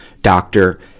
doctor